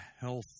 health